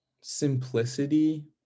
simplicity